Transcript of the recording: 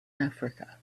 africa